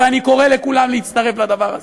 ואני קורא לכולם להצטרף לדבר הזה,